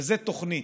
וזה תוכנית.